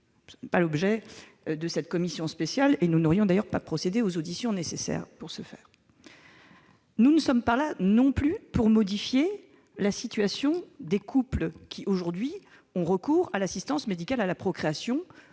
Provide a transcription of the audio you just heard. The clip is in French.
le droit de la filiation. La commission spéciale n'a d'ailleurs pas procédé aux auditions nécessaires pour le faire. Nous ne sommes pas là non plus pour modifier la situation des couples qui ont aujourd'hui recours à l'assistance médicale à la procréation,